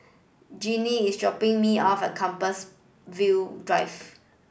Jinnie is dropping me off at Compassvale Drive